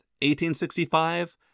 1865